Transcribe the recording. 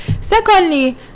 Secondly